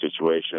situation